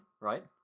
right